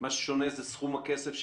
שמה ששונה זה סכום הכסף,